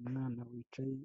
Umwana wicaye,